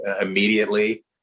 immediately